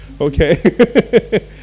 Okay